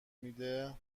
میده